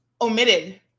omitted